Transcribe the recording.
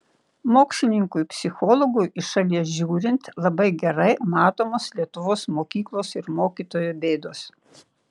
mokslininkui psichologui iš šalies žiūrint labai gerai matomos lietuvos mokyklos ir mokytojo bėdos